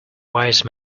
wise